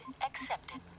accepted